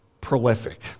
prolific